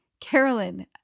Carolyn